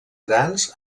grans